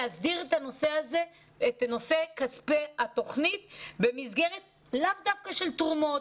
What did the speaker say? להסדיר את נושא כספי התוכנית במסגרת לאו דווקא של תרומות.